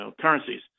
currencies